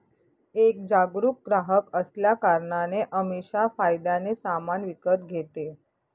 एक जागरूक ग्राहक असल्या कारणाने अमीषा फायद्याने सामान विकत घेते